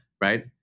right